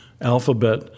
alphabet